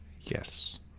Yes